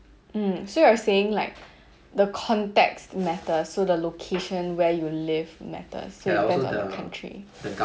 mm so you are saying like the context matters so the location where you live matters so depends on the country ah